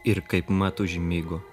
ir kaipmat užmigo